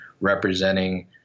representing